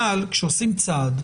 אבל כשעושים צעד,